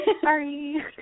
Sorry